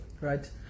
Right